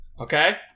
Okay